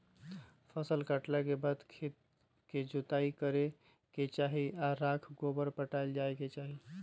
फसल काटला के बाद खेत के जोताइ करे के चाही आऽ राख गोबर पटायल जाय के चाही